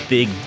Big